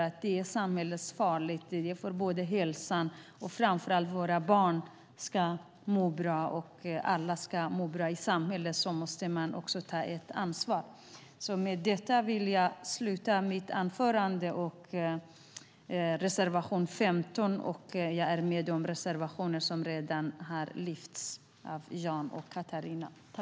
Det är samhällsfarligt och farligt för hälsan. För att framför allt våra barn ska må bra och att alla ska må bra i samhället måste man ta ansvar. Med detta vill jag sluta mitt anförande och yrka bifall till reservation 15. Jag står bakom också de reservationer som redan har lyfts fram av Jan och Katarina.